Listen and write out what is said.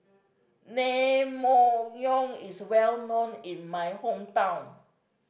naengmyeon is well known in my hometown